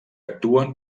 actuen